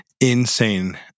insane